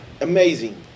Amazing